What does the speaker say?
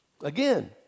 Again